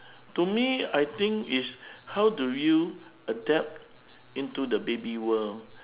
to me I think is how do you adapt into the baby world